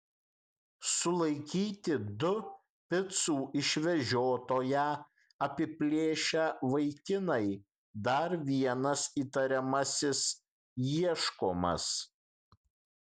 sulaikyti du picų išvežiotoją apiplėšę vaikinai dar vienas įtariamasis ieškomas